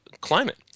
climate